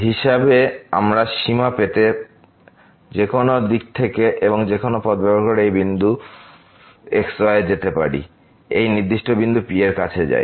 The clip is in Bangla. হিসাবে আমরা সীমা পেতে যেকোনো দিক থেকে এবং যেকোনো পথ ব্যবহার করে এই বিন্দুতে যেতে পারি x y এই নির্দিষ্ট বিন্দু P এর কাছে যায়